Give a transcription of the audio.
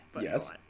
Yes